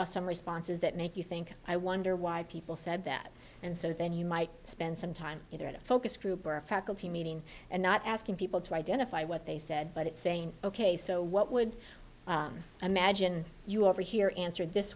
get some responses that make you think i wonder why people said that and so then you might spend some time either at a focus group or a faculty meeting and not asking people to identify what they said but saying ok so what would imagine you over here answered this